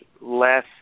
less